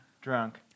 drunk